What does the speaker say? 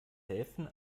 helfen